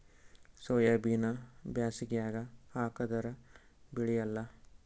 ಸೋಯಾಬಿನ ಬ್ಯಾಸಗ್ಯಾಗ ಹಾಕದರ ಬೆಳಿಯಲ್ಲಾ?